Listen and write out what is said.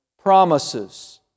Promises